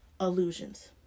illusions